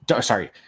sorry